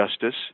justice